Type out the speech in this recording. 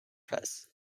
press